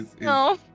No